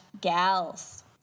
gals